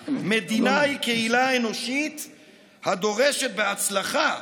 במיוחד: מדינה היא קהילה אנושית הדורשת, בהצלחה,